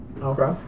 Okay